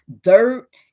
Dirt